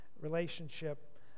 relationship